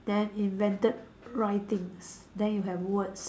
then invented writings then you have words